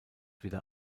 wieder